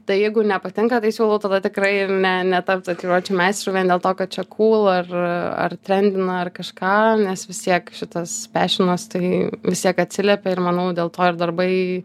tai jeigu nepatinka tai siūlau tada tikrai ne ne tapti tatuiruočių meistru vien dėl to kad čia kūl ir ar trendina ar kažką nes vis tiek šitas pešionas tai vis tiek atsiliepia ir manau dėl to ir darbai